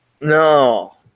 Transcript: No